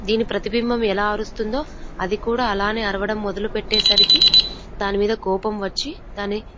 దీని ప్రతిబింబం ఎలా అరుస్తుందో అది కూడా అలానే అరవటం మొదలు పెట్టేసరికి దాని మీద కోపం వచ్చి